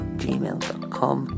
gmail.com